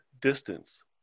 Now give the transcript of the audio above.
distance